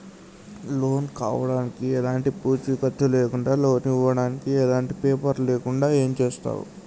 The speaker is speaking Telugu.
లోన్ కావడానికి ఎలాంటి పూచీకత్తు లేకుండా లోన్ ఇవ్వడానికి ఎలాంటి పేపర్లు లేకుండా ఏం చేస్తారు?